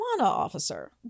officer